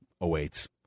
awaits